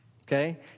Okay